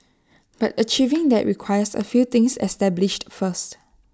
but achieving that requires A few things established first